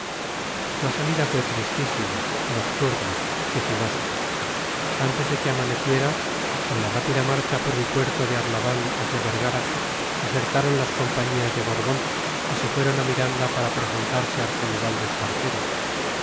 la salida fue tristísima nocturna sigilosa antes de que amaneciera en la rápida marcha por el puerto de arlabán hacia vergara desertaron las compañías de borbón y se fueron a miranda para presentarse al general